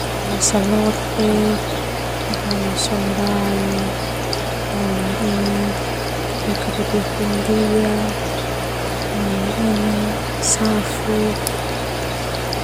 Bahasa Lote, boma Sonbai, boma ini India, boma ini Safu.